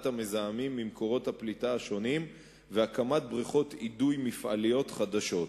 המזהמים ממקורות הפליטה השונים והקמת בריכות אידוי מפעליות חדשות.